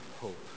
hope